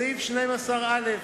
סעיף 12א(ב)